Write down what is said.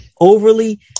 overly